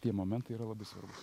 tie momentai yra labai svarbūs